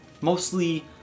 mostly